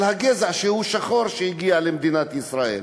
על הגזע שהוא שחור שהגיע למדינת ישראל,